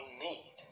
need